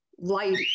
Light